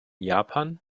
japan